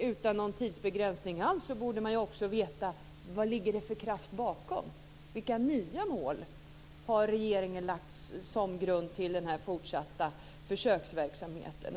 utan tidsbegränsning. Men då borde man väl också veta vilken kraft som ligger bakom? Vilka nya mål har regeringen lagt som grund för den fortsatta försöksverksamheten?